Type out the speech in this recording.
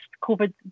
COVID